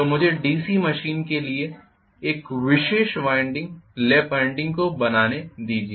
तो मुझे DC machine के लिए इस विशेष वाइंडिंग लैप वाइंडिंग को बनाने दीजिए